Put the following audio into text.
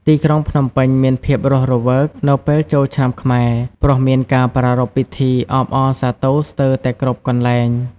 ទីក្រុងភ្នំពេញមានភាពរស់រវើកនៅពេលចូលឆ្នាំខ្មែរ ព្រោះមានការប្រារព្ធពិធីអបអរសាទរស្ទើរតែគ្រប់កន្លែង។